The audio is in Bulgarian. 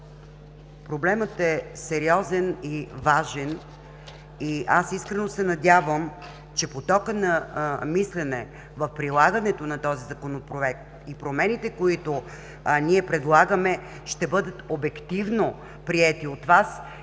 проблемът е сериозен и важен, и аз искрено се надявам, че потокът на мислене в прилагането на този Законопроект и промените, които ние предлагаме, ще бъдат обективно приети от Вас и въпреки